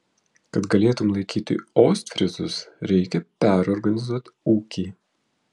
kad galėtum laikyti ostfryzus reikia perorganizuot ūkį